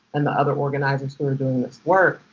and the other organizers who are doing this work.